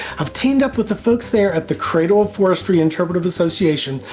i've teamed up with the folks there at the cradle of forestry interpretive association,